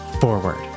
forward